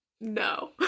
no